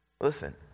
Listen